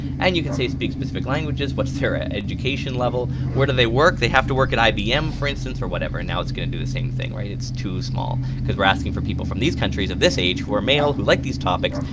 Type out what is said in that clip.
and you can say speak specific languages, what's their ah education level? where do they work? they have to work at ibm for instance or whatever, and now it's going to do the same thing. right, it's too small. because we're asking for people from these countries of this age who are male, who like these things,